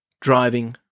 driving